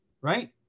Right